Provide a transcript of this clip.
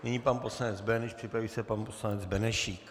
Nyní pan poslanec Böhnisch, připraví se pan poslanec Benešík.